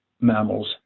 mammals